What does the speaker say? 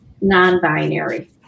non-binary